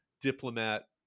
diplomat